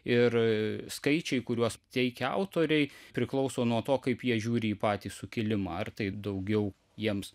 ir skaičiai kuriuos teikia autoriai priklauso nuo to kaip jie žiūri į patį sukilimą ar tai daugiau jiems